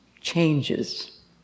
changes